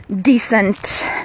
decent